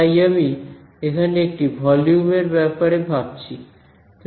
তাই আমি এখানে একটি ভলিউম এর ব্যাপারে ভাবছি